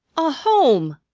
a home!